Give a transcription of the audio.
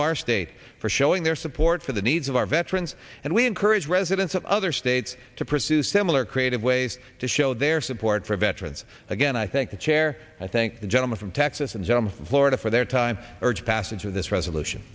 of our state for showing their support for the needs of our veterans and we encourage residents of other states to pursue similar creative ways to show their support for veterans again i thank the chair and i thank the gentleman from texas and gentleman from florida for their time urge passage of this resolution